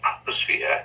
atmosphere